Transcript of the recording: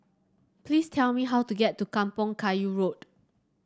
please tell me how to get to Kampong Kayu Road